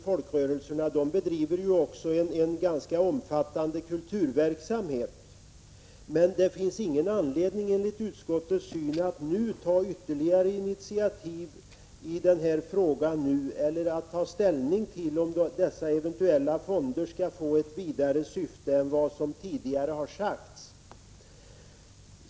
Folkrörelserna bedriver också en ganska omfattande kulturverksamhet. Men det finns ingen anledning enligt utskottets syn att nu ta ytterligare initiativ i den här frågan, eller att ta ställning till att dessa eventuella fonder skall få ett vidare syfte än vad tidigare har sagts.